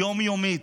יום-יומית.